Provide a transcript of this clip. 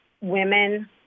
women